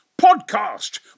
Podcast